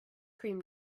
cream